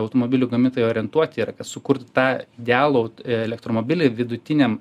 automobilių gamintojai orientuoti yra kad sukurti tą idealų elektromobilį vidutiniam